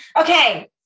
Okay